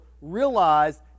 realized